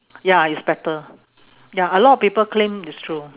ya it's better ya a lot people claim it's true